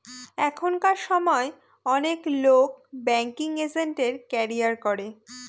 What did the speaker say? এখনকার সময় অনেক লোক ব্যাঙ্কিং এজেন্টের ক্যারিয়ার করে